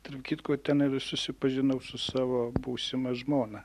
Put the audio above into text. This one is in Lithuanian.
tarp kitko tenai ir susipažinau su savo būsima žmona